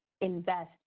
invest